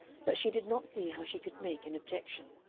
but she did not see how she could make an objection.